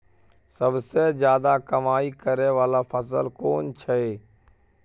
सबसे ज्यादा कमाई करै वाला फसल कोन छै?